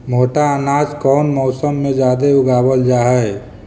मोटा अनाज कौन मौसम में जादे उगावल जा हई?